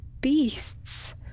beasts